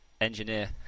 engineer